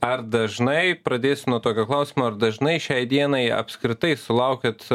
ar dažnai pradėsiu nuo tokio klausimo ar dažnai šiai dienai apskritai sulaukiat